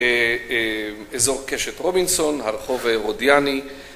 אזור קשת רובינסון, הרחוב הרודיאני